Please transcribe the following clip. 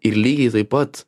ir lygiai taip pat